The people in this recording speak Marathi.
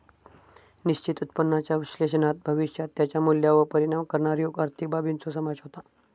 निश्चित उत्पन्नाच्या विश्लेषणात भविष्यात त्याच्या मूल्यावर परिणाम करणाऱ्यो आर्थिक बाबींचो समावेश होता